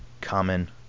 common